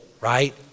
right